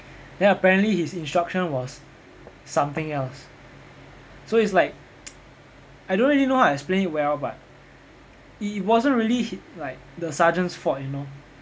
then apparently his instruction was something else so it's like I don't really know how to explain it well but it wasn't really like the sergeant's fault you know